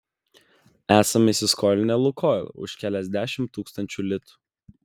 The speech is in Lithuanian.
esame įsiskolinę lukoil už keliasdešimt tūkstančių litų